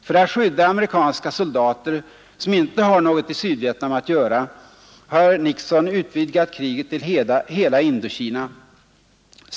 För att skydda amerikanska soldater, som inte har något i Sydvietnam att göra, har Nixon utvidgat kriget till hela Indokina.